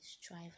strive